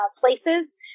places